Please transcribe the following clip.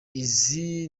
izi